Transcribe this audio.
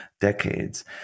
decades